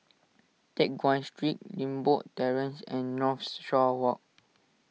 Teck Guan Street Limbok Terrace and Northshore Walk